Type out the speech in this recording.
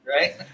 right